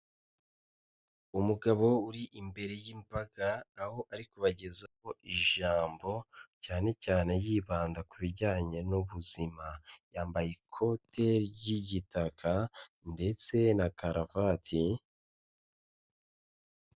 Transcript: Umugabo uri imbere y'imbaga aho ari kubagezaho ijambo cyane cyane yibanda ku bijyanye n'ubuzima, yambaye ikote ry'igitaka ndetse na karavati.